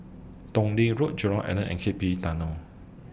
Tong Lee Road Jurong Island and K P E Tunnel